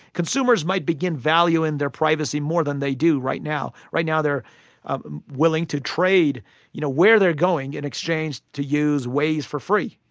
consumers might begin valuing their privacy more than they do right now. right now, they're willing to trade you know where they're going in exchange to use waze for free.